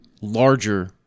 larger